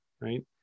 right